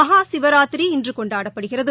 மகாசிவராத்திரி இன்றுகொண்டாடப்படுகிறது